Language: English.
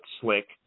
Slick